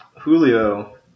julio